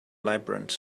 labyrinth